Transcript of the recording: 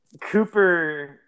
Cooper